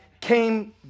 came